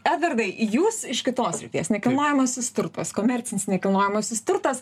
edvardai jūs iš kitos srities nekilnojamasis turtas komercinis nekilnojamasis turtas